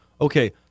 okay